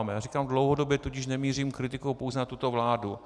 Já říkám dlouhodobě, tudíž nemířím kritikou pouze na tuto vládu.